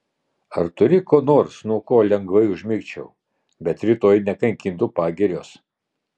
ar turi ko nors nuo ko lengvai užmigčiau bet rytoj nekankintų pagirios